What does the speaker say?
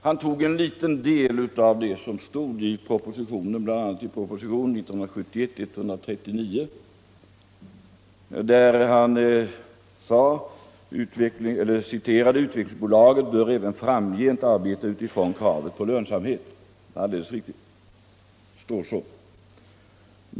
Han tog bara med en liten del av vad som stod i propositionen 1971:139 när han citerade: ”Utvecklingsbolaget bör även framgent arbeta utifrån kravet på lönsamhet.” Det är alldeles riktigt att det står så.